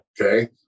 Okay